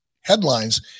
headlines